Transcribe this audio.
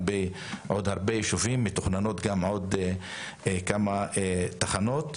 ובעוד יישובים קמות עוד כמה תחנות.